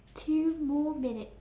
two more minute